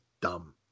dumb